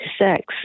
sex